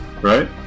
Right